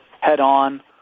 head-on